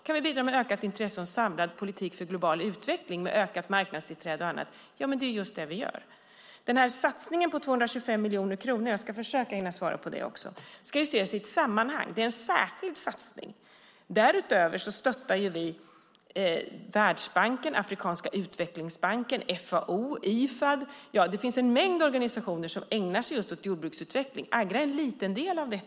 Kan vi bidra med ökat intresse och en samlad politik för global utveckling med ökat marknadsinträde och annat? Ja, det är just det vi gör. Jag ska försöka hinna svara på frågan om satsningen på 225 miljoner kronor. Den ska ses i ett sammanhang. Det är en särskild satsning. Därutöver stöttar vi Världsbanken, Afrikanska utvecklingsbanken, FAO och Ifad. Det finns en mängd organisationer som ägnar sig just åt jordbruksutveckling. Agra är en liten del av detta.